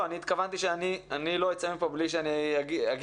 אני התכוונתי שאני לא אצא מכאן בלי שאני אומר